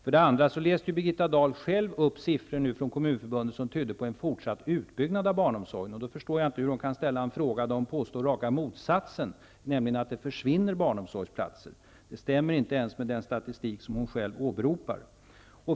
För det andra läste Birgitta Dahl själv upp siffror från Kommunförbundet som tydde på en fortsatt utbyggnad av barnomsorgen. Då förstår jag inte hur hon kan påstå raka motsatsen, nämligen att det försvinner barnomsorgsplatser. Det stämmer inte ens med den statistik som hon själv åberopar.